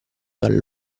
dal